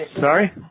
Sorry